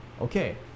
Okay